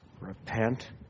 Repent